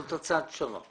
זאת הצעת פשרה.